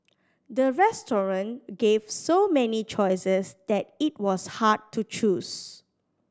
the restaurant gave so many choices that it was hard to choose